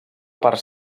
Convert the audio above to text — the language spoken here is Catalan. part